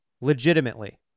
Legitimately